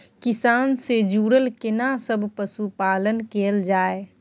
किसान से जुरल केना सब पशुपालन कैल जाय?